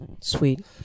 sweet